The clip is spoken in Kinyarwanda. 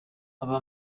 aba